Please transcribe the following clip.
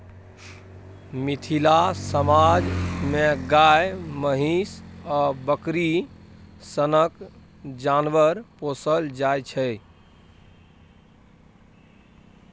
मिथिला समाज मे गाए, महीष आ बकरी सनक जानबर पोसल जाइ छै